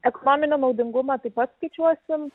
ekonominį naudingumą taip pat skaičiuosim